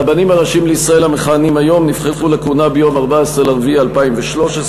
הרבנים הראשיים לישראל המכהנים היום נבחרו לכהונה ביום 14 באפריל 2003,